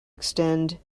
extend